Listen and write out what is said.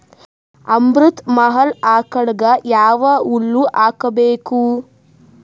ಅಮೃತ ಮಹಲ್ ಆಕಳಗ ಯಾವ ಹುಲ್ಲು ಹಾಕಬೇಕು?